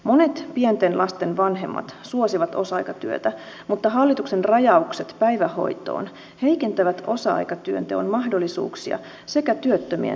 monet pienten lasten vanhemmat suosivat osa aikatyötä mutta hallituksen rajaukset päivähoitoon heikentävät osa aikatyönteon mahdollisuuksia sekä työttömien työllistämismahdollisuuksia